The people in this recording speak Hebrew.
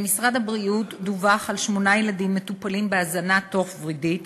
1. למשרד הבריאות דווח על שמונה ילדים המטופלים בהזנה תוך-ורידית